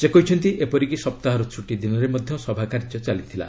ସେ କହିଛନ୍ତି ଏପରିକି ସପ୍ତାହର ଛୁଟି ଦିନରେ ମଧ୍ୟ ସଭାକାର୍ଯ୍ୟ ଚାଲିଥିଲା